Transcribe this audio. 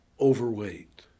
overweight